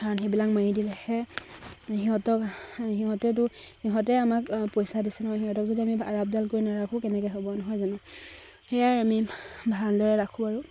সেইবিলাক মাৰি দিলেহে সিহঁতক সিহঁতেতো সিহঁতে আমাক পইচা দিছে ন সিহঁতক যদি আমি আপদাল কৰি নাৰাখোঁ কেনেকে হ'ব নহয় জানো সেয়াই আমি ভালদৰে ৰাখোঁ আৰু